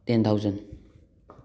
ten thousand